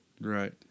Right